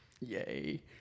Yay